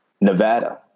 Nevada